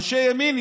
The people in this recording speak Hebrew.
אנשי ימין,